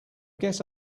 guess